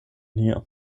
hier